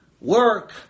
work